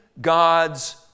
God's